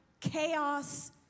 Chaos